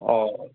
অঁ